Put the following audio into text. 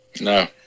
No